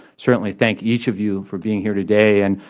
certainly, thank each of you for being here today and,